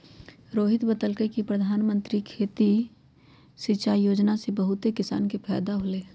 रोहित बतलकई कि परधानमंत्री खेती सिंचाई योजना से बहुते किसान के फायदा होलई ह